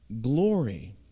glory